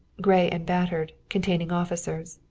gray and battered, containing officers.